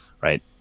Right